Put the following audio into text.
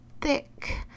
thick